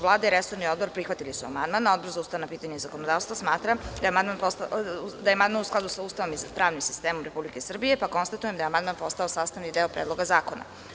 Vlada i resorni odbor prihvatili su amandman, a Odbor za ustavna pitanja i zakonodavstvo smatra da je amandman u skladu sa Ustavom i pravnim sistemom Republike Srbije, pa konstatujem da je amandman postao sastavni deo Predloga zakona.